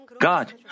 God